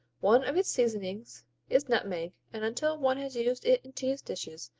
one of its seasonings is nutmeg and until one has used it in cheese dishes,